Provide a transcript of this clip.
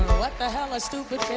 what the hell are stupid